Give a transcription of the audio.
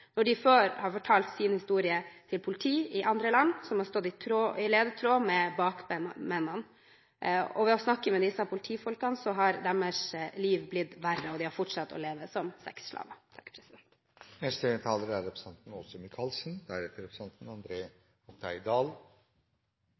når de før har fortalt sin historie til politi i andre land som har stått i ledtog med bakmennene. Ved å snakke med disse politifolkene har deres liv blitt verre, og de har fortsatt å leve som sexslaver. Det har vært veldig mange gode innlegg. Mye er